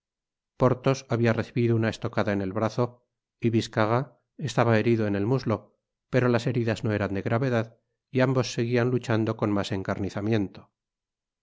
porthos habia recibido una estocada en el brazo y biscarat estaba herido en el muslo pero las heridas no eran de gravedad y ambos seguían luchando con mas encarnizamiento